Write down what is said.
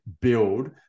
build